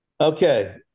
Okay